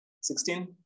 sixteen